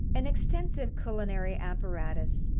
an extensive culinary apparatus,